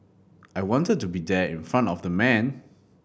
I wanted to be there in front of the man